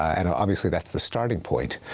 and obviously that's the starting point,